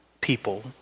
people